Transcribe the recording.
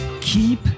keep